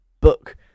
book